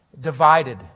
divided